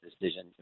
decision